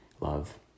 Love